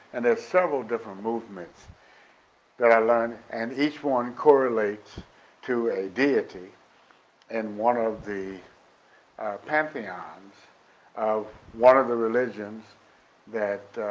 and there's several different movements that i learned, and each one correlates to a deity in and one of the pantheons of one of the religions that,